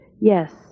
Yes